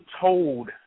told